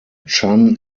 chan